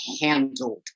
handled